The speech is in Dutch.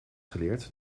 geleerd